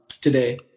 today